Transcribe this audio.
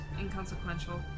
inconsequential